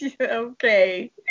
Okay